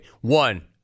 One